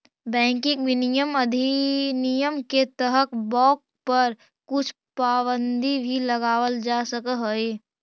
banking विनियमन अधिनियम के तहत बाँक पर कुछ पाबंदी भी लगावल जा सकऽ हइ